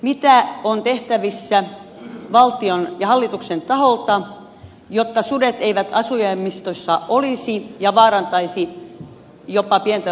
mitä on tehtävissä valtion ja hallituksen taholta jotta sudet eivät asujaimistoissa olisi ja vaarantaisi jopa pienten lasten henkeä